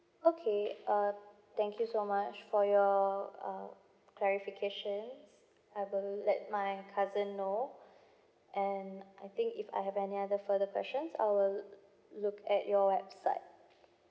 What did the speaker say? okay uh thank you so much for your uh clarifications I'll let my cousin know and I think if I have any other further questions I will look at your website